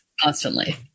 constantly